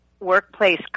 Workplace